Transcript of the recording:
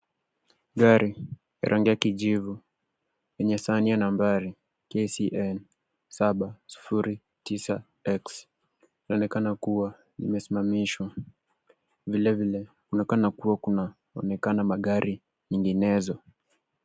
Gari rangi ya kijivu lenye sahani ya nambari KCN 709 X linaonekana kuwa limesimamishwa vile vile kunaonekana kuwa kunaonekana magari nyinginezo.